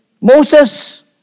Moses